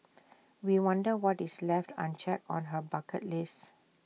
we wonder what is left unchecked on her bucket list